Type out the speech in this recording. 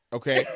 okay